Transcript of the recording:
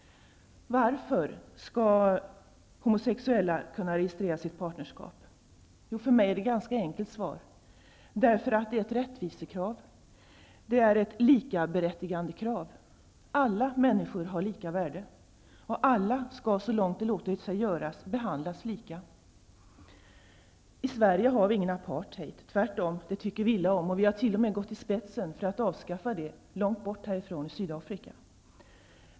Varför skall homosexuella kunna registrera sitt partnerskap? För mig är svaret ganska enkelt. Det är ett rättvisekrav och ett likaberättigandekrav. Alla människor har lika värde, och alla skall så långt det låter sig göras behandlas lika. I Sverige har vi ingen apartheid. Det är tvärtom något som vi tycker illa om, och vi har t.o.m. gått i spetsen för att avskaffa det i ett land långt bort härifrån, nämligen Sydafrika.